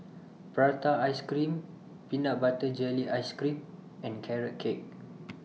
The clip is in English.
Prata Ice Cream Peanut Butter Jelly Ice Cream and Carrot Cake